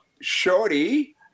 Shorty